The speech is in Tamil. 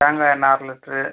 தேங்காய் எண்ணெய் அரை லிட்ரு